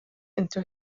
into